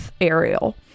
Ariel